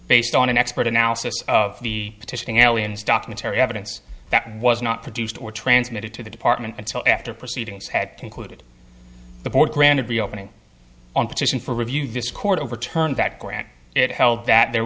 based on an expert analysis of the petitioning allianz documentary evidence that was not produced or transmitted to the department until after proceedings had concluded the board granted reopening on petition for review this court overturned that grant it held that there